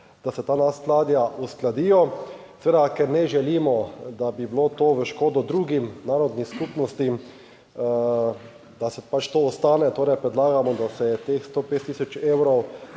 da se ta neskladja uskladijo seveda, ker ne želimo, da bi bilo to v škodo drugim narodnim skupnostim, da se pač to ostane, torej, predlagamo, da se teh 105000 evrov